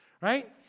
right